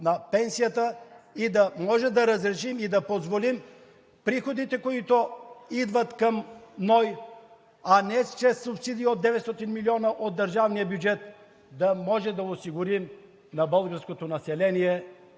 на пенсията, да разрешим и да позволим приходите, които идват към НОИ, а не чрез субсидии от 900 млн. лв. от държавния бюджет, да можем да осигурим на българското население